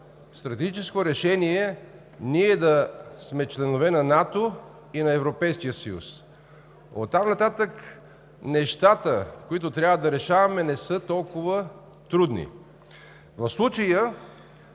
стратегическо решение ние да сме членове на НАТО и на Европейския съюз. Оттам нататък нещата, които трябва да решаваме, не са толкова трудни. В случая